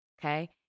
Okay